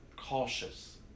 Cautious